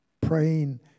praying